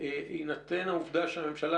בהינתן העובדה שהממשלה,